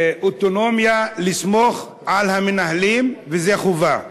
אוטונומיה, לסמוך על המנהלים, וזה חובה.